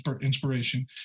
inspiration